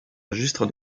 registre